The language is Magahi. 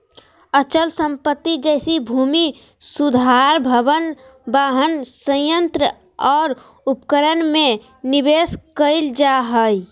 अचल संपत्ति जैसे भूमि सुधार भवन, वाहन, संयंत्र और उपकरण में निवेश कइल जा हइ